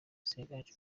ziganje